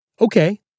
okay